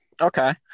Okay